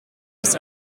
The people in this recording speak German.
des